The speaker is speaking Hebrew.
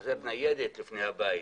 להחנות ניידת לפני הבית.